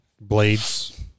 Blades